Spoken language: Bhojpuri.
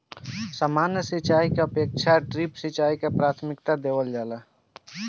सामान्य सिंचाई के अपेक्षा ड्रिप सिंचाई के प्राथमिकता देवल जाला